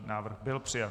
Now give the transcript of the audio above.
Návrh byl přijat.